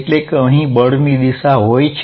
એટલે કે અહિ બળની દિશા હોય છે